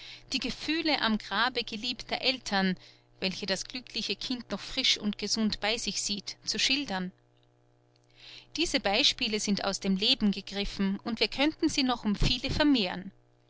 die gefühle am grabe geliebter eltern welche das glückliche kind noch frisch und gesund bei sich sieht zu schildern diese beispiele sind aus dem leben gegriffen und wir könnten sie noch um viele vermehren